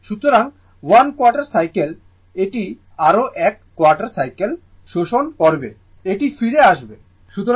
সুতরাং 1 quarter cycle এটি আরও এক কোয়ার্টার সাইকেল শোষণ করবে এটি ফিরে আসবে